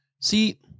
See